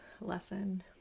lesson